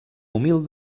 humil